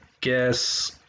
guess –